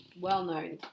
well-known